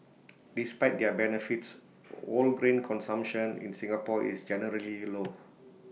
despite their benefits whole grain consumption in Singapore is generally low